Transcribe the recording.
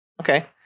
Okay